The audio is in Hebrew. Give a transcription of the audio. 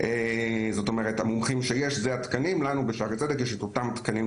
אני חושב שאמרתי את מרבית הדברים.